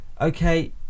Okay